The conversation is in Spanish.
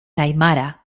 aimara